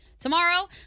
Tomorrow